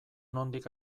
nondik